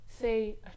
say